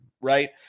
Right